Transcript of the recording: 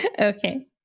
Okay